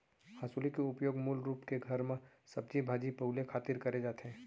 हँसुली के उपयोग मूल रूप के घर म सब्जी भाजी पउले खातिर करे जाथे